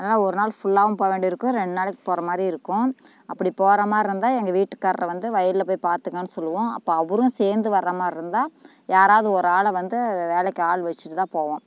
அதனால ஒரு நாள் ஃபுல்லாவும் போக வேண்டியது இருக்கும் ரெண்டு நாளைக்கு போகிறமாரி இருக்கும் அப்புடி போகிற மாதிரி இருந்தால் எங்கள் வீட்டுக்காரரு வந்து வயலை போய் பார்த்துகங்க சொல்வோம் இப்போ அவரும் சேர்ந்து வர்றமாதிரி இருந்தால் யாராவது ஒரு ஆளை வந்து வேலைக்கு ஆள் வச்சிட்டுதான் போவோம்